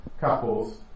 couples